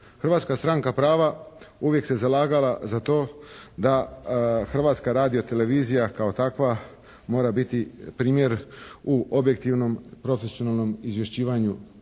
Hrvatska stranka prava uvijek se zalagala za to da Hrvatska radio-televizija kao takva mora biti primjer u objektivnom, profesionalnom izvješćivanju